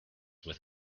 with